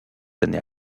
années